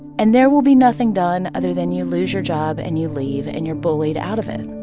and there will be nothing done other than you lose your job, and you leave, and you're bullied out of it